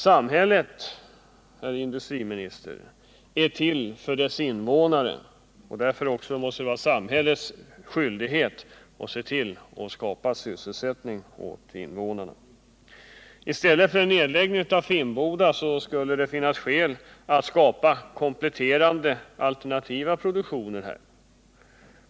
Samhället, herr industriminister, är till för dess invånare, och därför måste det också vara samhällets skyldighet att skapa sysselsättning åt invånarna. I stället för att lägga ned Finnboda skulle det finnas skäl att skapa kompletterande alternativ produktion.